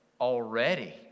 already